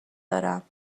دارم